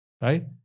right